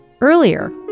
Earlier